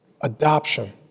adoption